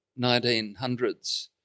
1900s